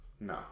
No